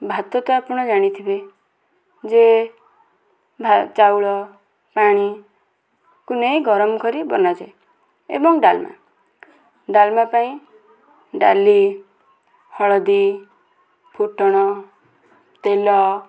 ଭାତ ତ ଆପଣ ଜାଣିଥିବେ ଯେ ଚାଉଳ ପାଣିକୁ ନେଇ ଗରମ କରି ବନାଯାଏ ଏବଂ ଡାଲମା ଡାଲମା ପାଇଁ ଡାଲି ହଳଦୀ ଫୁଟଣ ତେଲ